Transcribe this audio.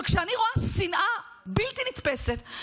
אבל כשאני רואה שנאה בלתי נתפסת,